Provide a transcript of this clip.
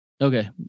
Okay